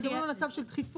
אתם מדברים על מצב של דחיפות.